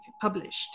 published